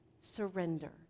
surrender